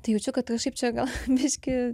tai jaučiu kad kažkaip čia gal visgi